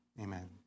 Amen